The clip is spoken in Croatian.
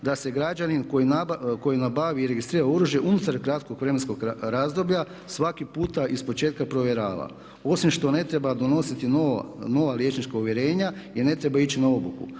da se građanin koji nabavi i registrira oružje unutar kratkog vremenskog razdoblja svaki puta ispočetka provjerava. Osim što ne treba donositi nova liječnička uvjerenja ne treba ni ići na obuku.